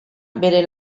bere